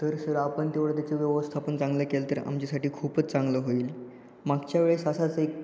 तर सर आपण तेवढं त्याची व्यवस्थापन चांगलं केलं तर आमच्यासाठी खूपच चांगलं होईल मागच्या वेळेस असाच एक